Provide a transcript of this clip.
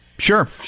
Sure